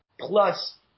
plus